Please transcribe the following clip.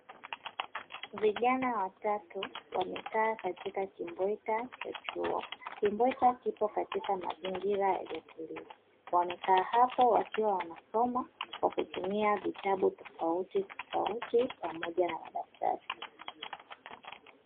Vijana watatu wamekaa katika kimbweta cha chuo. Kimbweta kipo katika mazingira yaliyotulia, wamekaa hapo wakiwa wanasoma kwa kutumia vitabu tofautitofauti pamoja na madaftari.